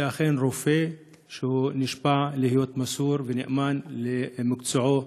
שאכן רופא שנשבע להיות מסור ונאמן למקצועו,